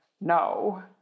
no